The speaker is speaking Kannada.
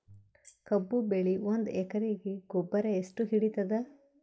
ಕಬ್ಬು ಬೆಳಿ ಒಂದ್ ಎಕರಿಗಿ ಗೊಬ್ಬರ ಎಷ್ಟು ಹಿಡೀತದ?